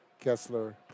Kessler